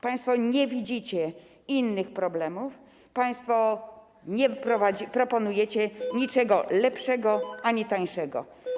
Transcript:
Państwo nie widzicie innych problemów, państwo nie proponujecie niczego lepszego ani tańszego.